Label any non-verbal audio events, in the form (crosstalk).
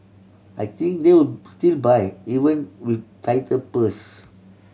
I think they will (unintelligible) still buy even with tighter purse